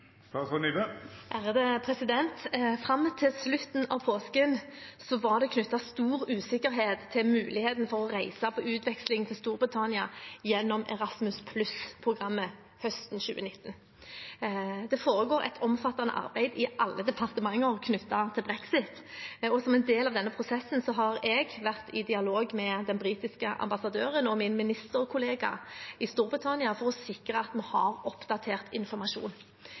Fram til slutten av påsken var det knyttet stor usikkerhet til muligheten for å reise på utveksling til Storbritannia gjennom Erasmus+-programmet høsten 2019. Det foregår et omfattende arbeid i alle departementer knyttet til brexit, og som en del av denne prosessen har jeg vært i dialog med den britiske ambassadøren og min ministerkollega i Storbritannia for å sikre at vi har oppdatert informasjon.